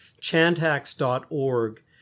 Chantax.org